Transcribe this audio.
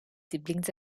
siblings